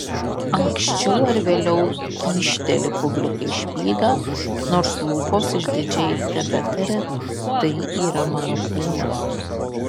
anksčiau ar vėliau kyšteli publikai špygą nors lūpos išdidžiai tebetaria tai yra mano kūnas